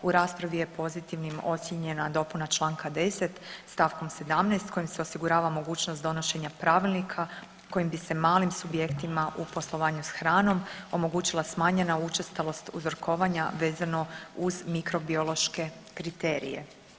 U raspravi je pozitivnim ocijenjena dopuna čl. 10 st. 17 kojim se osigurava mogućnost donošenja pravilnika kojim bi se malim subjektima u poslovanju s hranom omogućila smanjena učestalost uzorkovanja vezano uz mikrobiološke kriterije.